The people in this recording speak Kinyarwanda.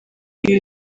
ibi